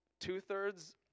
two-thirds